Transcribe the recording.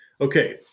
okay